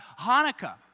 Hanukkah